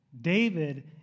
David